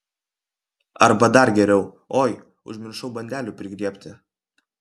arba dar geriau oi užmiršau bandelių prigriebti